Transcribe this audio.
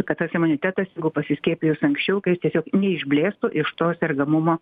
kad tas imunitetas pasiskiepijus anksčiau kai jis tiesiog neišblėstų iš to sergamumo